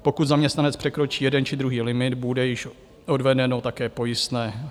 Pokud zaměstnanec překročí jeden či druhý limit, bude již odvedeno také pojistné.